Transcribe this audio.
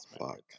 fuck